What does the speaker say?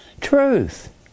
truth